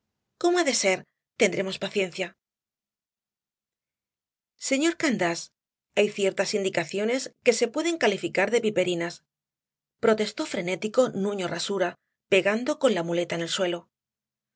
cómo ha de ser tendremos paciencia señor candás hay ciertas indicaciones que se pueden calificar de viperinas protestó frenético nuño rasura pegando con la muleta en el suelo